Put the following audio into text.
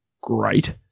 great